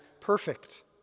perfect